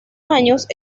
años